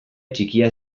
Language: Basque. txikia